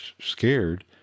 scared